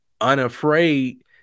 unafraid